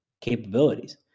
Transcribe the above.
capabilities